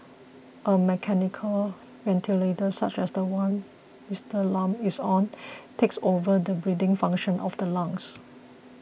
a mechanical ventilator such as the one Mister Lam is on takes over the breeding function of the lungs